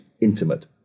intimate